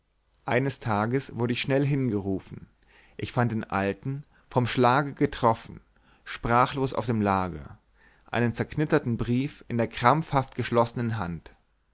eines tages wurd ich schnell hingerufen ich fand den alten vom schlage getroffen sprachlos auf dem lager einen zerknitterten brief in der krampfhaft geschlossenen hand